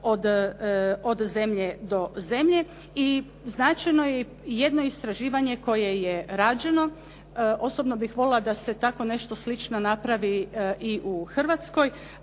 od zemlje do zemlje i značajno je i jedno istraživanje koje je rađeno. Osobno bih voljela da se tako nešto slično napravi u Hrvatskoj